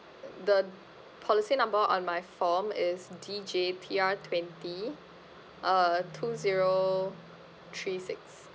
uh the policy number on my form is D J T R twenty uh two zero three six